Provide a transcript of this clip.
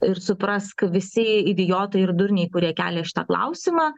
ir suprask visi idiotai ir durniai kurie kelia šitą klausimą